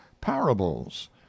parables